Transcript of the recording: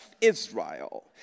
Israel